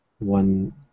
one